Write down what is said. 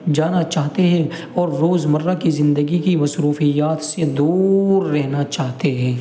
جانا چاہتے ہیں اور روزمرہ کی زندگی کی مصروفیات سے دور رہنا چاہتے ہیں